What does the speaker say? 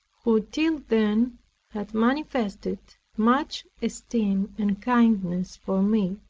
who till then had manifested much esteem and kindness for me.